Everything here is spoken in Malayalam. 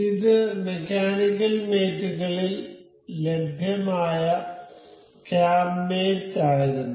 ഇത് മെക്കാനിക്കൽ മേറ്റ് കളിൽ ലഭ്യമായ ക്യാം മേറ്റ് ആയിരുന്നു